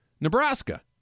Nebraska